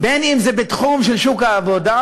בין שזה התחום של שוק העבודה